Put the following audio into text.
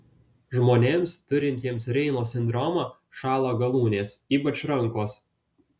žmonėms turintiems reino sindromą šąla galūnės ypač rankos